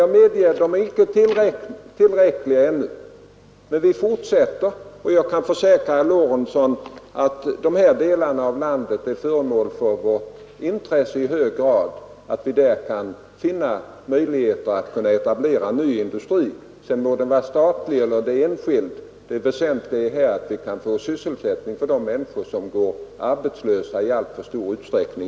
Jag medger att de icke är tillräckliga ännu, men vi fortsätter, och jag kan försäkra herr Lorentzon att de här delarna av landet är föremål för vårt intresse i hög grad när det gäller att finna möjligheter att etablera ny industri. Sedan må den vara statlig eller enskild. Det väsentliga är här att vi kan få sysselsättning för de människor som i dag går arbetslösa i alltför stor utsträckning.